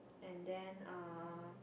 and then uh